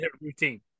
routine